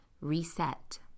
reset